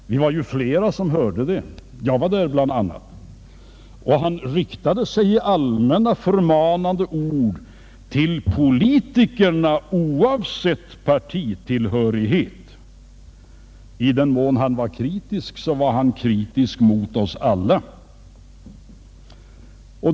Vi var ju flera som hörde det — jag var där bl.a. — och han riktade sig i allmänna, förmanande ord till politikerna oavsett partitillhörighet. I den mån han var kritisk, var han kritisk mot oss alla.